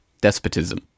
despotism